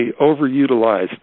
overutilized